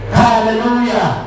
hallelujah